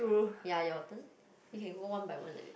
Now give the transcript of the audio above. ya your turn you can go one by one like that